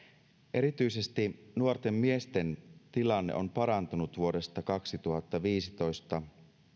erityisesti nuorten miesten tilanne on parantunut vuodesta kaksituhattaviisitoista